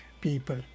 people